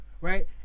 right